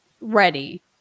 ready